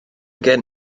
gen